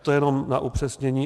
To jen na upřesnění.